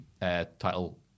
Title